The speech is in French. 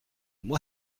moi